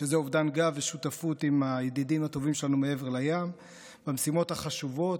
שזה אובדן גב ושותפות עם הידידים הטובים שלנו מעבר לים במשימות החשובות,